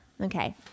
Okay